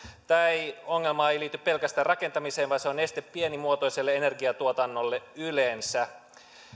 tämä ongelma ei liity pelkästään rakentamiseen vaan se on este pienimuotoiselle energiatuotannolle yleensä